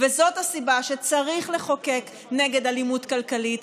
וזאת הסיבה שצריך לחוקק נגד אלימות כלכלית.